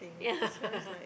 yeah